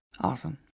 Awesome